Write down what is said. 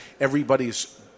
everybody's